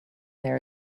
there